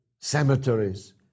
cemeteries